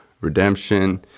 redemption